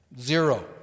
Zero